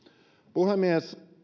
puhemies